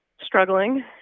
struggling